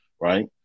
right